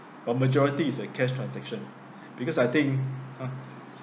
but majority is a cash transaction because I think !huh!